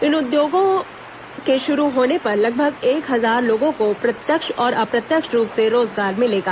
इन उद्योगों के शुरू होने पर लगभग एक हंजार लोगों को प्रत्यक्ष और अप्रत्यक्ष रूप से रोजगार मिलेगा